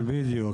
בדיוק,